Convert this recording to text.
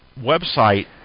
website